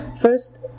First